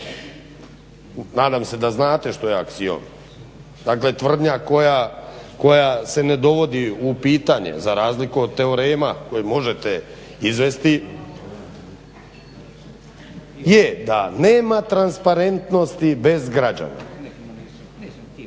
nadam se da znate što je aksion, dakle tvrdnja koja se ne dovodi u pitanje za razliku od teorema koji možete izvesti, je da nema transparentnosti bez građana i